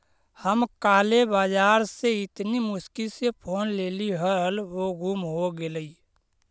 हम काले बाजार से इतनी मुश्किल से फोन लेली हल वो गुम हो गेलई